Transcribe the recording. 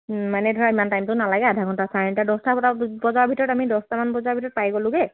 মানে ধৰা ইমান টাইমটো নালাগে আধা ঘণ্টা চাৰে আঠটা দহটা বজাৰ ভিতৰত আমি দহটা মান বজাৰ ভিতৰত পাই গ'লোগৈ